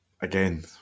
again